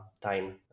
time